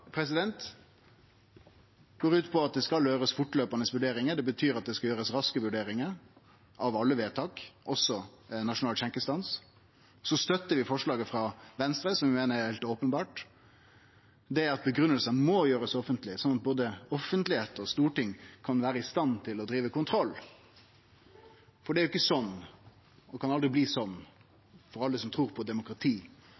går altså ut på at det skal gjerast vurderingar fortløpande. Det betyr at det skal gjerast raske vurderingar av alle vedtak, også nasjonal skjenkestans. Så støttar vi forslaget frå Venstre. Vi meiner det er heilt openbert at grunngivingane må gjerast offentlege, slik at både offentlegheit og storting kan vere i stand til å drive kontroll. For det er jo ikkje slik, og kan aldri bli